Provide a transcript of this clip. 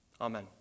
Amen